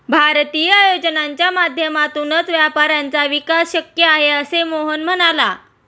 भारतीय योजनांच्या माध्यमातूनच व्यापाऱ्यांचा विकास शक्य आहे, असे मोहन म्हणाला